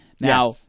now